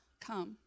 come